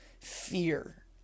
fear